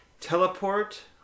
teleport